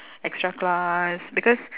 extra class because